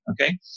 Okay